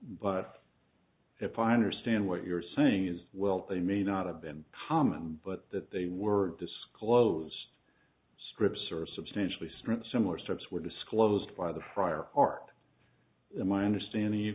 but if i understand what you're saying is well they may not have been common but that they were disclosed scripts or substantially stripped similar steps were disclosed by the prior art in my understanding you